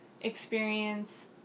experience